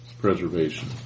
Preservation